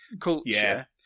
culture